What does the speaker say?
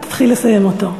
אז תתחיל לסיים אותו.